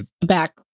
back